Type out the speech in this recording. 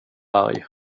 arg